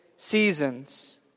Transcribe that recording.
Seasons